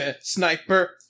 sniper